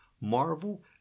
Marvel